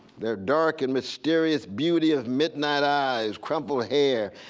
their dark and mysterious beauty of midnight eyes, crumpled hair,